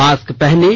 mask पहनें